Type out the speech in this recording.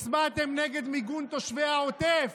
הצבעתם נגד מיגון תושבי העוטף.